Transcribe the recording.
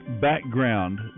background